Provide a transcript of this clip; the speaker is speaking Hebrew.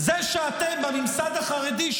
זה שאתם בממסד החרדי,